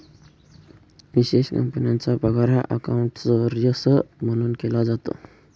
विशेष कंपन्यांचा पगार हा आऊटसौर्स म्हणून केला जातो